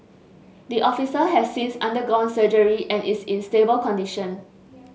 the officer has since undergone surgery and is in stable condition